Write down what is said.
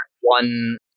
one